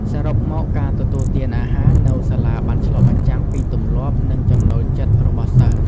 សរុបមក ការទទួលទានអាហារនៅសាលាបានឆ្លុះបញ្ចាំងពីទម្លាប់ និងចំណូលចិត្តរបស់សិស្ស។